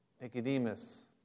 Nicodemus